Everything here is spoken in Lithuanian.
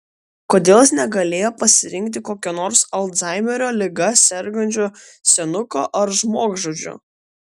kodėl jis negalėjo pasirinkti kokio nors alzhaimerio liga sergančio senuko ar žmogžudžio